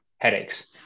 headaches